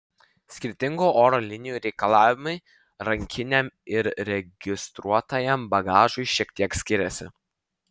skirtingų oro linijų reikalavimai rankiniam ir registruotajam bagažui šiek tiek skiriasi